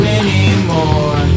anymore